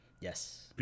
Yes